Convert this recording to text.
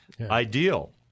IDEAL